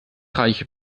reich